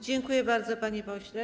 Dziękuję bardzo, panie pośle.